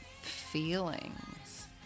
feelings